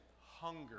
hunger